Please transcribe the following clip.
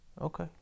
okay